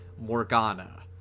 Morgana